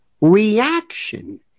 reaction